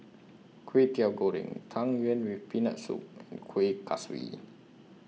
Kwetiau Goreng Tang Yuen with Peanut Soup and Kuih Kaswi